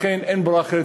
לכן אין ברירה אחרת.